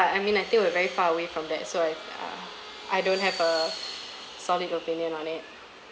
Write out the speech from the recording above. I mean I think we're very far away from that so I ya I don't have a solid opinion on it